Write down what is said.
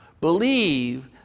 believe